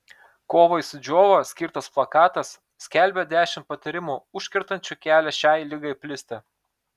kovai su džiova skirtas plakatas skelbia dešimt patarimų užkertančių kelią šiai ligai plisti